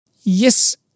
Yes